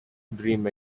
dream